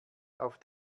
auf